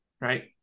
right